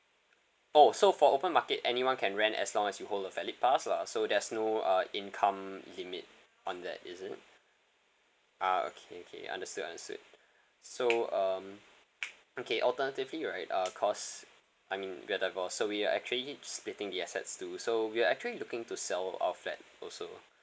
oh so for open market anyone can rent as long as you hold a valid pass lah so there's no uh income limit on that is it ah okay okay understood understood so um okay alternatively right uh cause I mean we're divorced so we are actually splitting the assets too so we are actually looking to sell our flat also